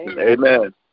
Amen